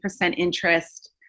interest